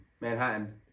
Manhattan